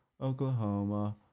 Oklahoma